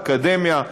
אקדמיה,